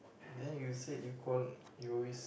then you said you called you always